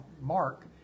Mark